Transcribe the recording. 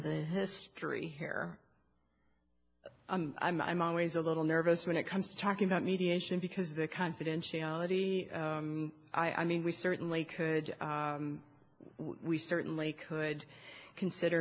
the history here i'm always a little nervous when it comes to talking about mediation because the confidentiality i mean we certainly could we certainly could consider